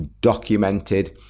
documented